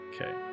Okay